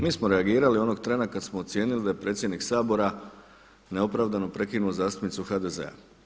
Mi smo reagirali onog trena kad smo ocijenili da je predsjednik Sabora neopravdano prekinuo zastupnicu HDZ-a.